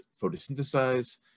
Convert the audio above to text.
photosynthesize